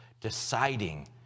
deciding